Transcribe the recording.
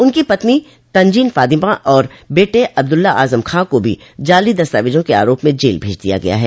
उनकी पत्नी तंजीन फातिमा और बेटे अब्दुला आजम खां को भी जाली दस्तावेजों के आरोप में जेल भेज दिया गया है